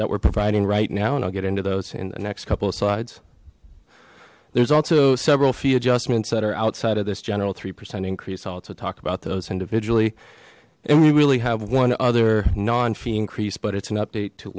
that were providing right now and i'll get into those in the next couple of slides there's also several feed justments that are outside of this general three percent increase also talk about those individually and we really have one other non fee increase but it's an update to